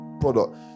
product